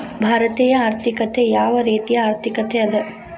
ಭಾರತೇಯ ಆರ್ಥಿಕತೆ ಯಾವ ರೇತಿಯ ಆರ್ಥಿಕತೆ ಅದ?